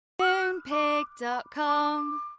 Moonpig.com